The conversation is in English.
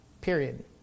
period